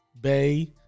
Bay